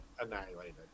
annihilated